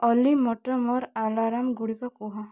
ଅଲି ମୋତେ ମୋର ଆଲାର୍ମଗୁଡ଼ିକ କୁହ